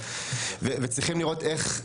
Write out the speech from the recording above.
וצריכים לראות איך,